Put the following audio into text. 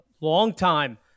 longtime